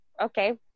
okay